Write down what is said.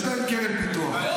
יש להם קרן פיתוח.